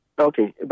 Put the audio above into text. Okay